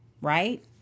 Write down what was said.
Right